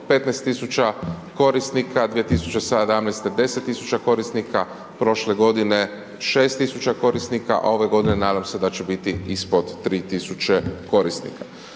15.0000 korisnika, 2017. 10.000 korisnika, prošle godine 6.000 korisnika, a ove godine nadam se da će biti ispod 3.000 korisnika.